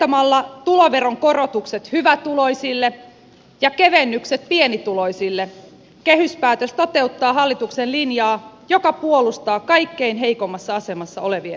kohdentamalla tuloveron korotukset hyvätuloisille ja kevennykset pienituloisille kehyspäätös toteuttaa hallituksen linjaa joka puolustaa kaikkein heikoimmassa asemassa olevien asemaa